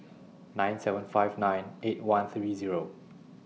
nine seven five nine eight one three Zero